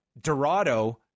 Dorado